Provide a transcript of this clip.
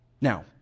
now